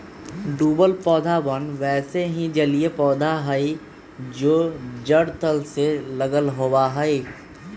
डूबल पौधवन वैसे ही जलिय पौधा हई जो जड़ तल से लगल होवा हई